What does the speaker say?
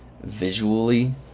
visually